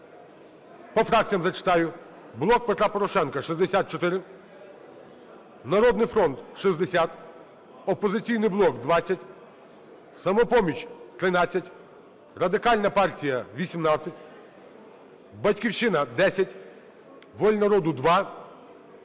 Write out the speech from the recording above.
По фракціях зачитаю: